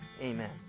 amen